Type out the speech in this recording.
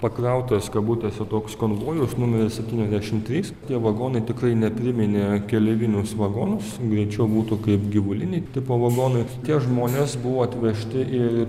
pakrautas kabutėse toks konvojus numeri septyniasdešimt trys tie vagonai tikrai nepriminė keleivinius vagonus greičiau būtų kaip gyvuliniai tipo vagonai tie žmonės buvo atvežti į